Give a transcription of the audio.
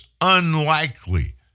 unlikely